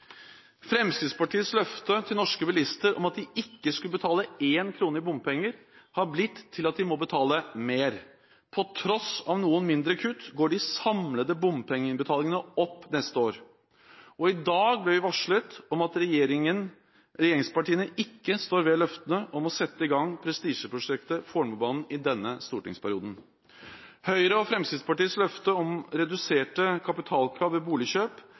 Fremskrittspartiets løfte til norske bilister om at de ikke skulle betale én krone i bompenger, har blitt til at de må betale mer. På tross av noen mindre kutt går de samlede bompengeinnbetalingene opp neste år. Og i dag ble vi varslet om at regjeringspartiene ikke står ved løftene om å sette i gang prestisjeprosjektet Fornebubanen i denne stortingsperioden. Høyre og Fremskrittspartiets løfte om redusert kapitalkrav ved boligkjøp